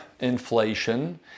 inflation